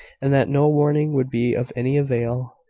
and that no warning would be of any avail,